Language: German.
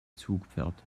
zugpferd